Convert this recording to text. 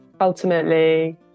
ultimately